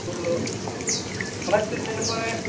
ᱚᱱᱟᱛᱮ ᱢᱟᱱᱮ